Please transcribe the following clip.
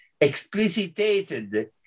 explicitated